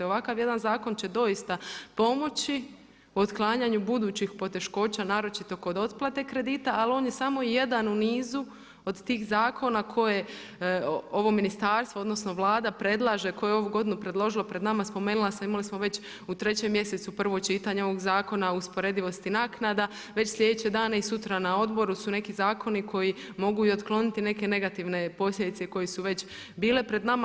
Ovakav jedan zakon će doista pomoć u otklanjanju budući poteškoća naročito kod otplate kredita ali on je samo jedan u nizu od tih zakona koje ovo ministarstvo odnosno Vlada predlaže koje je ovu godinu predložilo pred nama, spomenula sam, imali smo već u 3. mjesecu prvo čitanje ovog Zakona o usporedivosti naknada, već sljedeće dane i sutra na odboru su neki zakoni koji mogu i otkloniti neke negativne posljedice koje su već bile pred nama.